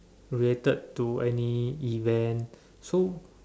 related to any event so